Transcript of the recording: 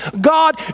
God